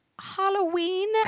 Halloween